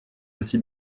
aussi